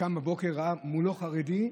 קם בבוקר, ראה מולו חרדי,